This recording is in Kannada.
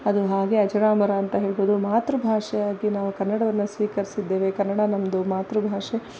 ಅದು ಹಾಗೆ ಅಜರಾಮರ ಅಂತ ಹೇಳ್ಬೋದು ಮಾತೃಭಾಷೆಯಾಗಿ ನಾವು ಕನ್ನಡವನ್ನು ಸ್ವೀಕರಿಸಿದ್ದೇವೆ ಕನ್ನಡ ನಮ್ಮದು ಮಾತೃಭಾಷೆ